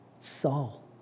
Saul